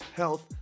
health